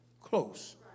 close